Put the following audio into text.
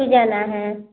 परसों जाना है